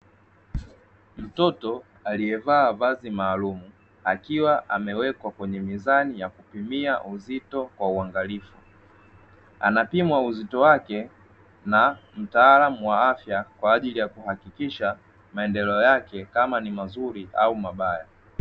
Mtoto aliyevaa vazi maalumu, akiwa amewekwa kwenye mizani ya kupimia uzito kwa uangalifu, anapimwa uzito wake na mtaalamu wa afya kwa ajili ya kuhakikisha maendeleo yake kama ni mazuri au mabaya.